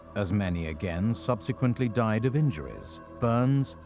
as many again subsequently died of injuries, burns,